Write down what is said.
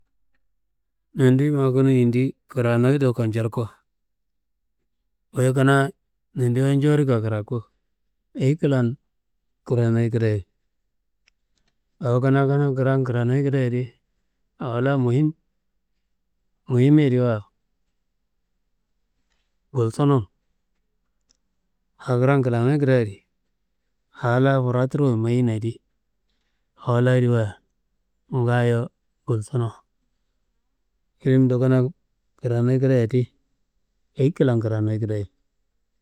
Nondi ma kanaa yendi kranoyi do konjorko, wuyi kanaa nondiwa njorikia keraku: ayi klan kranoyi kedoyo? Awo kanaa klan kranoyi kereyo adi, awo la muhim muhimiyediwa, ngulsunon? AWo kanaa klan kranoyi kedeyadi aa la furaturuwu mayinayedi, awolayediwa ngaayo ngulsuno? Ilimdo kanaa klan kranoyi kreyo ti, ayi klan kranoyi kreyo